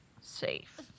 safe